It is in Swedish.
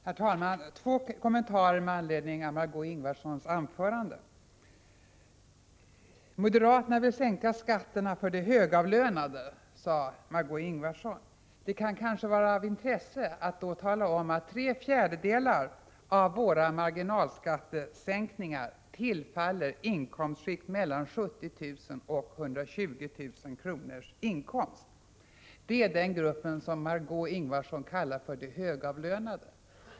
Herr talman! Jag har två kommentarer med anledning av Margö Ingvardssons anförande. Moderaterna vill sänka skatterna för de högavlönade, sade Margö Ingvardsson. Det kanske kan vara av intresse att tala om att tre fjärdedelar av de marginalskattesänkningar vi föreslagit tillfaller inkomstskikten mellan 70 000 och 120 000 kr. Det är inkomsttagarna i den gruppen som Margö Ingvardsson kallar för de högavlönade.